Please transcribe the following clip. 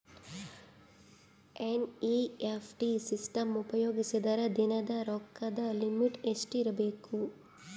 NEFT system ಉಪಯೋಗಿಸಿದರ ದಿನದ ರೊಕ್ಕದ ಲಿಮಿಟ್ ಎಷ್ಟ ಇರಬೇಕು?